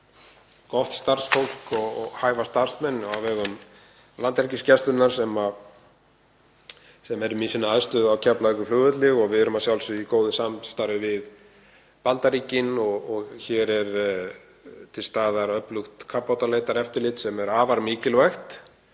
gott starfsfólk og hæfa starfsmenn á vegum Landhelgisgæslunnar sem er með sína aðstöðu á Keflavíkurflugvelli. Við erum að sjálfsögðu í góðu samstarfi við Bandaríkin og hér er til staðar öflugt kafbátaleitareftirlit sem er afar mikilvægt.